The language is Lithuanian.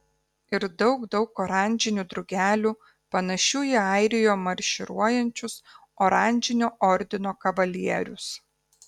ir daug daug oranžinių drugelių panašių į airijoje marširuojančius oranžinio ordino kavalierius